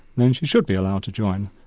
then she should be allowed to join.